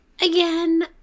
again